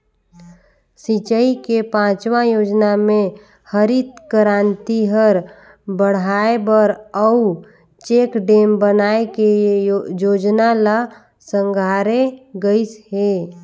सिंचई के पाँचवा योजना मे हरित करांति हर बड़हाए बर अउ चेकडेम बनाए के जोजना ल संघारे गइस हे